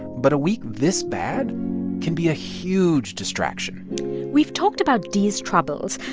but a week this bad can be a huge distraction we've talked about d's troubles.